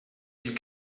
you